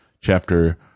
chapter